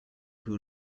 who